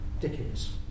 Dickens